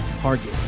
target